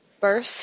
birth